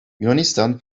yunanistan